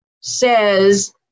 says